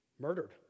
murdered